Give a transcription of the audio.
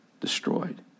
destroyed